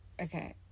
Okay